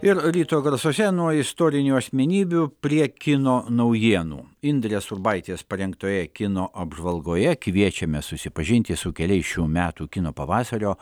ir ryto garsuose nuo istorinių asmenybių prie kino naujienų indrės urbaitės parengtoje kino apžvalgoje kviečiame susipažinti su keliais šių metų kino pavasario